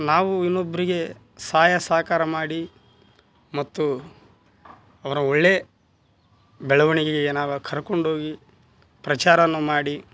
ನಾವು ಇನ್ನೊಬ್ಬರಿಗೆ ಸಹಾಯ ಸಹಕಾರ ಮಾಡಿ ಮತ್ತು ಅವರ ಒಳ್ಳೆ ಬೆಳವಣಿಗೆಗೆ ನಾವು ಕರ್ಕೊಂಡೋಗಿ ಪ್ರಚಾರವನ್ನು ಮಾಡಿ